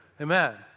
Amen